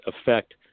affect